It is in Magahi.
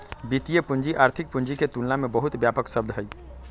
वित्तीय पूंजी आर्थिक पूंजी के तुलना में बहुत व्यापक शब्द हई